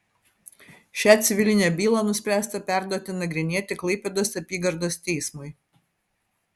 šią civilinę bylą nuspręsta perduoti nagrinėti klaipėdos apygardos teismui